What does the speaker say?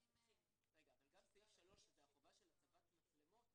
אבל גם סעיף 3 זה החובה של הצבת מצלמות.